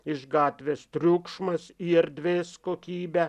iš gatvės triukšmas į erdvės kokybę